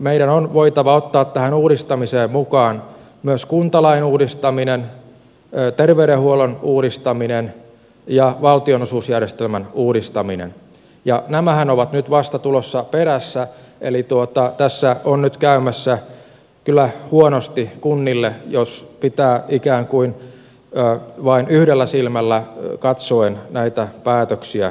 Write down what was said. meidän on voitava ottaa tähän uudistamiseen mukaan myös kuntalain uudistaminen terveydenhuollon uudistaminen ja valtionosuusjärjestelmän uudistaminen ja nämähän ovat nyt vasta tulossa perässä eli tässä on nyt käymässä kyllä huonosti kunnille jos pitää ikään kuin vain yhdellä silmällä katsoen näitä päätöksiä tehdä